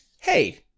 hey